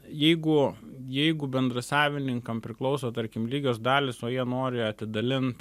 jeigu jeigu bendrasavininkam priklauso tarkim lygios dalys o jie nori atidalint